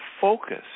focus